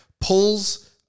pulls